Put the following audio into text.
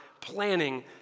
planning